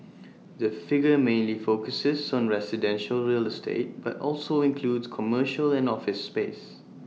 the figure mainly focuses on residential real estate but also includes commercial and office space